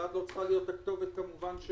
ואת לא צריכה להיות הכתובת של הביקורת,